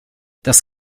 das